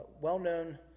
well-known